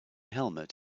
helmet